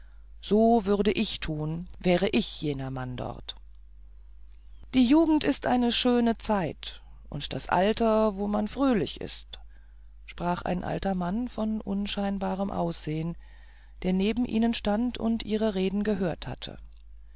so würde ich tun wäre ich jener mann dort die jugend ist eine schöne zeit und das alter wo man fröhlich ist sprach ein alter mann von unscheinbarem aussehen der neben ihnen stand und ihre reden gehört hatte